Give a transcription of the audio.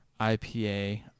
IPA